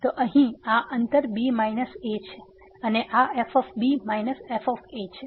તો અહીં આ અંતર b a છે અને આ f - f છે